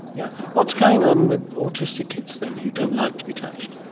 yeah what's going on with autistic kids, then, who don't like to be touched?